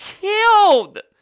killed